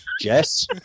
Jess